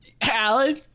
Alan